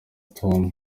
tom